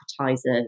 appetizer